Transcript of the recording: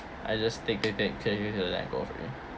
I just take take take clear clear clear then I go off already